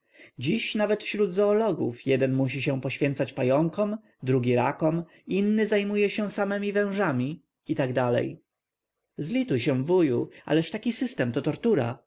dziś nawet wśród zoologów jeden musi się poświęcać pająkom drugi rakom inny zajmuje się samemi wężami i tak dalej zlituj się wuju ależ taki system to tortura